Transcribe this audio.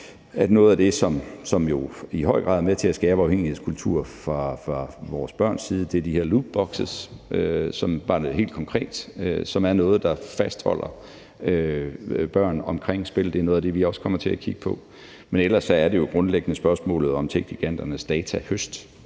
helt konkret og i høj grad er med til at skabe en afhængighedskultur fra vores børns side, er de her lootbokse, som er noget, der fastholder børn omkring spil, og det er også noget af det, som vi kommer til at kigge på. Men ellers er det jo grundlæggende spørgsmålet om techgiganternes datahøst,